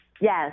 Yes